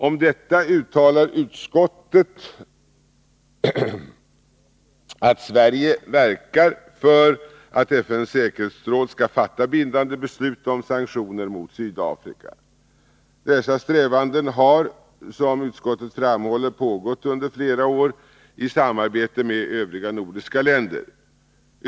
Om detta uttalar utskottet att Sverige verkar för att FN:s säkerhetsråd skall fatta bindande beslut om sanktioner mot Sydafrika. Dessa strävanden har, som utskottet framhåller, pågått under flera år — i samarbete med övriga nordiska länder.